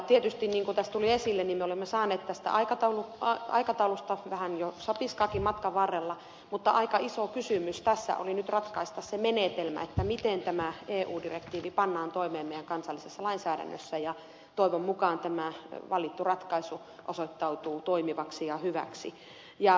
tietysti niin kuin tässä tuli esille me olemme saaneet tästä aikataulusta vähän jo sapiskaakin matkan varrella mutta aika iso kysymys tässä oli nyt ratkaista se menetelmä miten tämä eu direktiivi pannaan toimeen meidän kansallisessa lainsäädännössämme ja toivon mukaan tämä valittu ratkaisu osoittautuu toimivaksi ja hyväksi